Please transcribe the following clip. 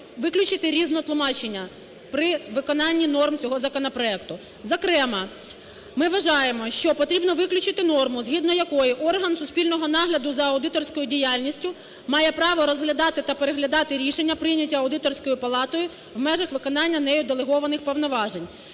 виключити різне тлумачення при виконанні норм цього законопроекту. Зокрема, ми вважаємо, що потрібно виключити норму, згідно якої орган суспільного нагляду за аудиторською діяльністю має право розглядати та переглядати рішення прийняті Аудиторською палатою в межах виконання нею делегованих повноважень.